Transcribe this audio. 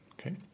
Okay